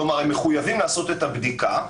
כלומר, הם מחויבים לעשות את הבדיקה.